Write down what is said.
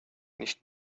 nicht